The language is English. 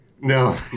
No